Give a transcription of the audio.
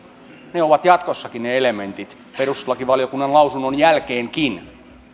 ovat jatkossakin perustuslakivaliokunnan lausunnon jälkeenkin ne elementit